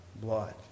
blood